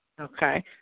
Okay